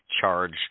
charge